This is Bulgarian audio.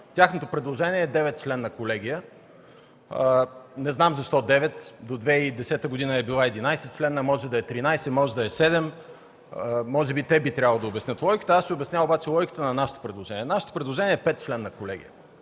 Тяхното предложение е деветчленна колегия. Не знам защо 9, до 2010 г. е била 11-членна, може да е 13, може да е седем. Може би те би трябвало да обяснят логиката, аз ще обясня обаче логиката на нашето предложение. Нашето предложение е петчленна колегия